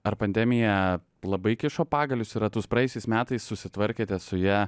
ar pandemija labai kišo pagalius į ratus praėjusiais metais susitvarkėte su ja